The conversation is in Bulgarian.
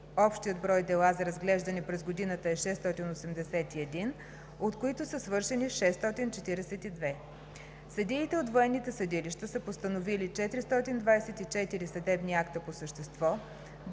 Общият брой дела за разглеждане през годината е 681, от които са свършени 642. Съдиите от военните съдилища са постановили 424 съдебни акта по същество,